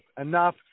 enough